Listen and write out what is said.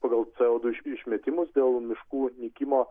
pagal co du išmetimus dėl miškų nykimo